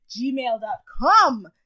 gmail.com